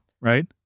right